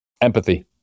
Empathy